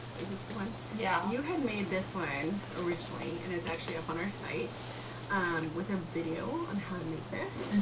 is this the one? yeah. you had made this one originally and it's actually up on our site with a video on how to make this.